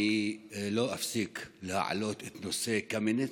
אני לא אפסיק להעלות את נושא קמיניץ,